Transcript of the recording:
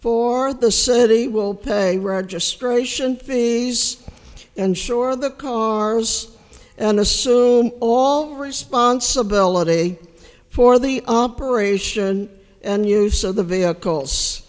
for the city will pay a registration fee s and sure the cars and assume all responsibility for the operation and use of the vehicles